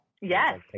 Yes